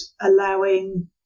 allowing